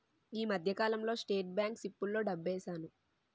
ఈ మధ్యకాలంలో state bank సిప్పుల్లో డబ్బేశాను